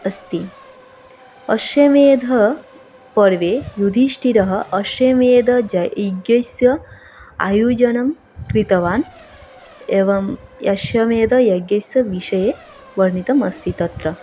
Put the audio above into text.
अस्ति अश्वमेधपर्वे युधिष्ठिरः अश्वमेध यज्ञस्य आयोजनं कृतवान् एवम् अश्वमेधयज्ञस्य विषये वर्णितम् अस्ति तत्र